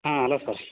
ಹಾಂ hello sir